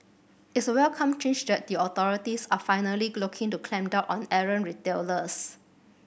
it's a welcome change that the authorities are finally looking to clamp down on errant retailers